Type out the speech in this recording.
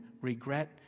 regret